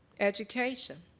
education,